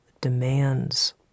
demands